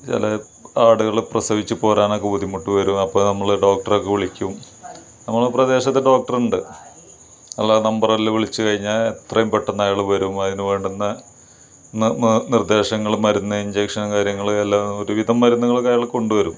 ചില ആടുകൾ പ്രസവിച്ച് പോരാനൊക്കെ ബുദ്ധിമുട്ട് വരും അപ്പോൾ നമ്മൾ ഡോക്ടറെ ഒക്കെ വിളിക്കും നമ്മളെ പ്രദേശത്തെ ഡോക്ടർ ഉണ്ട് അയാള നമ്പറിൽ വിളിച്ചുകഴിഞ്ഞാൽ എത്രയും പെട്ടെന്ന് അയാൾ വരും അതിന് വേണ്ടുന്ന ന് നിർദേശങ്ങൾ മരുന്ന് ഇഞ്ചക്ഷൻ കാര്യങ്ങൾ എല്ലാം ഒരുവിധം മരുന്നുകളൊക്കെ അയാൾ കൊണ്ടുവരും